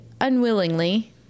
unwillingly